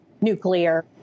nuclear